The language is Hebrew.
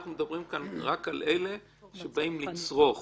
אנחנו מדברים כאן רק על אלה שבאים לצרוך.